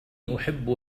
أحب